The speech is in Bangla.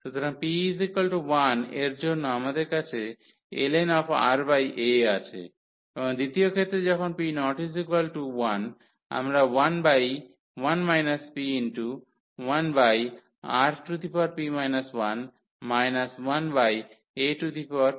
সুতরাং p1 এর জন্য আমাদের কাছে ln Ra আছে এবং দ্বিতীয় ক্ষেত্রে যখন p≠1 আমরা 11 p1Rp 1 1ap 1 পাব